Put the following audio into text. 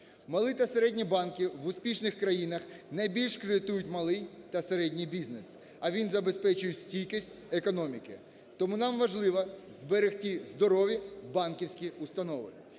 Малі та середні банки в успішних країнах найбільше кредитують малий та середній бізнес, а він забезпечує стійкість економіки. Тому нам важливо зберегти здорові банківські установи.